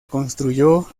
construyó